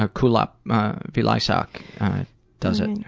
ah kulap vilaysack does it.